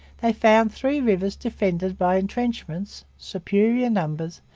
they found three rivers defended by entrenchments, superior numbers,